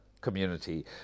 community